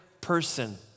person